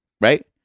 Right